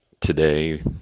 Today